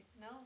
No